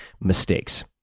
mistakes